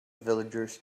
villagers